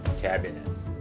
cabinets